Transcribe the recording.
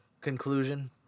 conclusion